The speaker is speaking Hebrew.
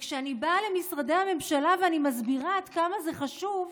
כשאני באה למשרדי הממשלה ואני מסבירה עד כמה זה חשוב,